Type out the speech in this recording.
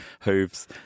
hooves